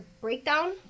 breakdown